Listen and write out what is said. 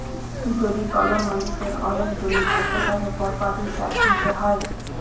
যদি কল মালুষের ওলেক জমি থাক্যে, তাকে প্রপার্টির ট্যাক্স দিতে হ্যয়